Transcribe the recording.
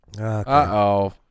Uh-oh